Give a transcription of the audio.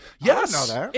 Yes